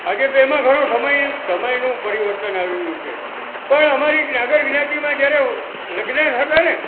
આજે તો એમાં ઘણો સમય સમયનું પરિવર્તન આવી ગયું છે પણ અમારી નાગર જ્ઞાતિમાં જ્યારે લગ્ન થતાંને